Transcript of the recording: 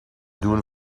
doen